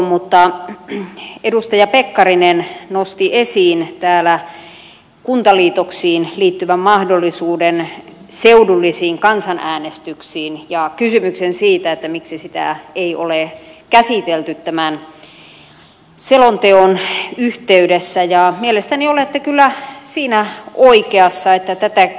mutta kun edustaja pekkarinen nosti täällä esiin kuntaliitoksiin liittyvän mahdollisuuden seudullisiin kansanäänestyksiin ja kysymyksen siitä miksi sitä ei ole käsitelty tämän selonteon yhteydessä niin mielestäni olette kyllä siinä oikeassa että tätä ei